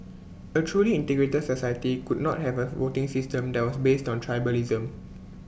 A truly integrated society could not have A voting system that was based on tribalism